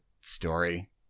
story